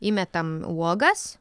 įmetam uogas